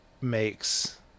makes